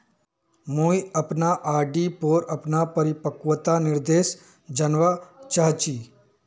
मुई अपना आर.डी पोर अपना परिपक्वता निर्देश जानवा चहची